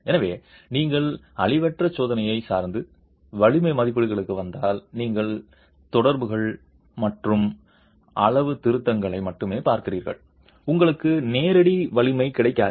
எனவே நீங்கள் அழிவற்ற சோதனையைச் சார்ந்து வலிமை மதிப்பீடுகளுக்கு வந்தால் நீங்கள் தொடர்புகள் மற்றும் அளவுத்திருத்தங்களை மட்டுமே பார்க்கிறீர்கள் உங்களுக்கு நேரடி வலிமை கிடைக்காது